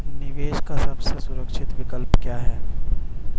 निवेश का सबसे सुरक्षित विकल्प क्या है?